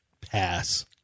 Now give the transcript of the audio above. Pass